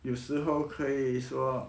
有时候可以说